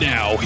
Now